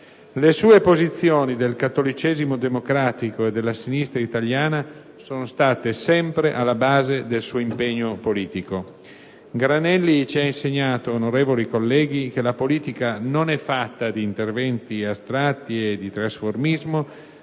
Le posizioni del cattolicesimo democratico e della sinistra italiana sono state sempre alla base del suo impegno politico. Onorevoli colleghi, Granelli ci ha insegnato che la politica non è fatta di interventi astratti e di trasformismo,